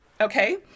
Okay